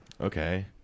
Okay